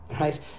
Right